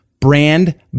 brand